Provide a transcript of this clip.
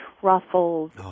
truffles